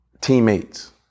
teammates